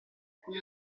con